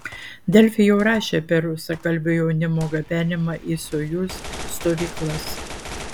delfi jau rašė apie rusakalbio jaunimo gabenimą į sojuz stovyklas